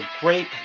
great